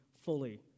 fully